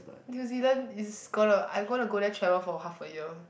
New Zealand is gonna I gonna go there travel for half a year